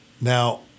Now